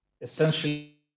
essentially